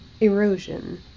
Erosion